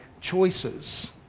choices